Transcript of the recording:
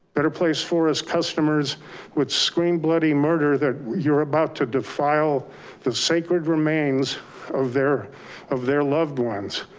better place forest customers would scream bloody murder that you're about to defile the sacred remains of their of their loved ones.